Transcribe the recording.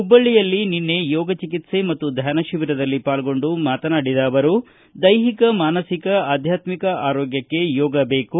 ಹುಬ್ಬಳ್ಳಿಯಲ್ಲಿ ನಿನ್ನೆ ಯೋಗ ಚಿಕಿತ್ಸೆ ಮತ್ತು ಧ್ಯಾನ ಶಿಬಿರದಲ್ಲಿ ಪಾಲ್ಗೊಂಡು ಮಾತನಾಡಿದ ಅವರು ದೈಹಿಕ ಮಾನಸಿಕ ಆಧ್ಯಾತ್ಮಿಕ ಆರೋಗ್ಟಕ್ಕೆ ಯೋಗ ಬೇಕು